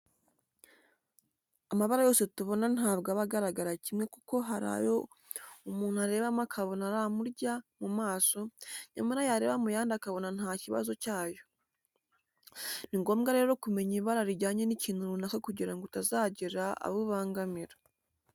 Amabara yose tubona ntabwo aba agaragara kimwe kuko hari ayo umuntu arebamo akabona aramurya mu maso, nyamara yareba mu yandi akabona nta kibazo cyayo. Ni ngombwa rero kumenya ibara rijyanye n'ikintu runaka kugira ngo utazagira abo ubangamira.